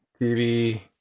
TV